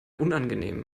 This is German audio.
unangenehm